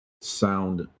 sound